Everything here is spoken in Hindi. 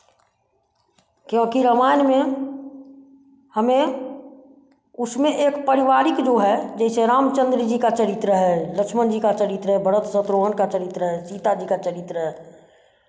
क्योंकि रामायण में हमें उसमें एक पारिवारिक जो है जैसे रामचन्द्र जी का चरित्र है लक्ष्मण जी का चरित्र है भरत शत्रुधन का चरित्र है सीता जी का चरित्र है